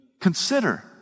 Consider